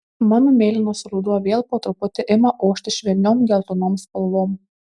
mano mėlynas ruduo vėl po truputį ima ošti švelniom geltonom spalvom